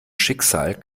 schicksal